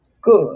good